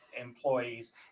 employees